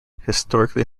historically